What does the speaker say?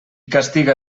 castiga